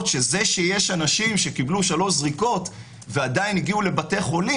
שזה שיש אנשים שקיבלו שלוש זריקות ועדיין הגיעו לבתי חולים,